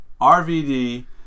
RVD